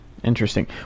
Interesting